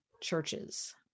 churches